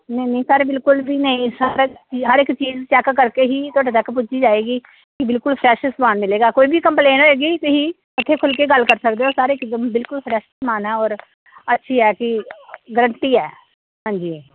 ਨਹੀਂ ਨਹੀਂ ਸਰ ਬਿਲਕੁਲ ਵੀ ਨਹੀਂ ਸਾਰਾ ਹਰ ਇੱਕ ਚੀਜ਼ ਚੈੱਕ ਕਰਕੇ ਹੀ ਤੁਹਾਡੇ ਤੱਕ ਪੁੱਜੀ ਜਾਵੇਗੀ ਜੀ ਬਿਲਕੁਲ ਫਰੈਸ਼ ਸਮਾਨ ਮਿਲੇਗਾ ਕੋਈ ਵੀ ਕੰਪਲੇਨ ਹੋਵੇਗੀ ਤੁਸੀਂ ਇੱਥੇ ਖੁੱਲ ਕੇ ਗੱਲ ਕਰ ਸਕਦੇ ਹੋ ਸਰ ਇੱਕਦਮ ਬਿਲਕੁਲ ਫਰੈਸ਼ ਸਮਾਨ ਹੈ ਔਰ ਗਰੰਟੀ ਹੈ ਹਾਂਜੀ